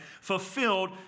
fulfilled